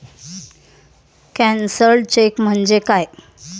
Cancelled cheque म्हणजे काय?